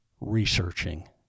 researching